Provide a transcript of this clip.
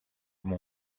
mon